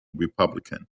republican